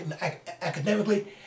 academically